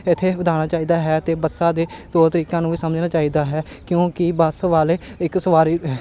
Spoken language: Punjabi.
ਇੱਥੇ ਵਧਾਉਣਾ ਚਾਹੀਦਾ ਹੈ ਅਤੇ ਬੱਸਾਂ ਦੇ ਤੌਰ ਤਰੀਕਿਆਂ ਨੂੰ ਵੀ ਸਮਝਣਾ ਚਾਹੀਦਾ ਹੈ ਕਿਉਂਕਿ ਬੱਸ ਵਾਲੇ ਇੱਕ ਸਵਾਰੀ